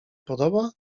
podoba